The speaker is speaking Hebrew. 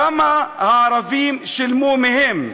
כמה הערבים שילמו מהם?